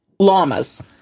llamas